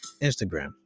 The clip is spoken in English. instagram